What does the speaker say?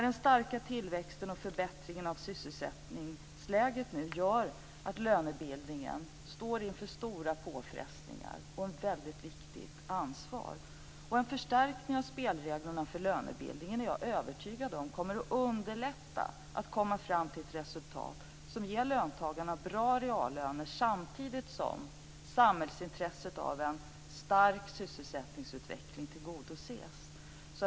Den starka tillväxten och förbättringen av sysselsättningsläget gör att lönebildningen nu står inför stora påfrestningar och ett väldigt viktigt ansvar. Jag är övertygad om att en förstärkning av spelreglerna för lönebildningen kommer att underlätta att komma fram till ett resultat som ger löntagarna bra reallöner samtidigt som samhällsintresset av en stark sysselsättningsutveckling tillgodoses.